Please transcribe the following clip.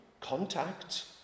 contact